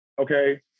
okay